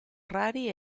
rari